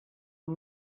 one